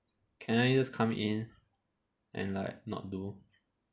can I just come in and like not do